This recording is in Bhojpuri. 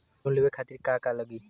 लोन लेवे खातीर का का लगी?